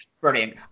Brilliant